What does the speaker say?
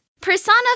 Persona